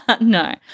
no